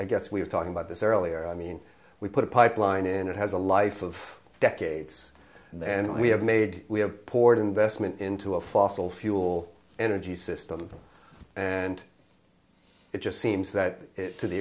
i guess we've talked about this earlier i mean we put a pipeline in it has a life of decades and we have made we have poured investment into a fossil fuel energy system and it just seems that it to the